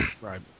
Right